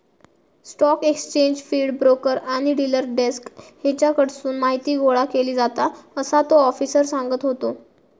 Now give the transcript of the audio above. stock exchange feed, broker आणि dealer desk हेच्याकडसून माहीती गोळा केली जाता, असा तो आफिसर सांगत होतो